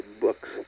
books